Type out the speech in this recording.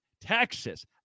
Texas